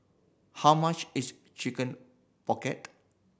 how much is Chicken Pocket